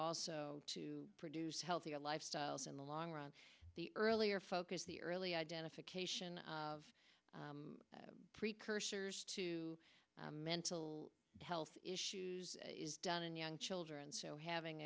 also to produce healthier lifestyles in the long run the earlier focus the early identification of precursors to mental health issues is done in young children so having